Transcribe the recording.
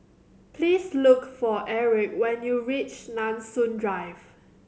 please look for Aric when you reach Nanson Drive